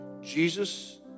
Jesus